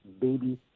baby